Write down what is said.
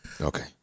Okay